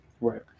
Right